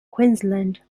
queensland